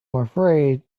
afraid